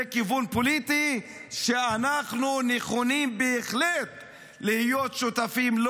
זה כיוון פוליטי שאנחנו בהחלט נכונים להיות שותפים לו.